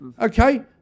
okay